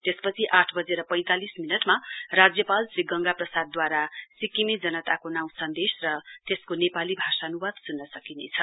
त्यसपछि आठ बजेर पैंतालिस मिन्टमा राज्यपाल श्री गंगा प्रसाददूवारा सिक्किमे जनताको नाँउ सन्देश र त्यसको नेपाली भाषानुवाद सुन्न सकिनेछ